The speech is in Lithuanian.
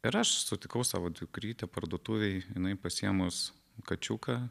ir aš sutikau savo dukrytę parduotuvėj jinai pasiėmus kačiuką